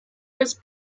was